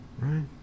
Right